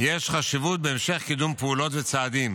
יש חשיבות בהמשך קידום פעולות וצעדים